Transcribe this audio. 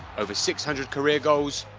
over six hundred career goals.